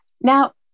Now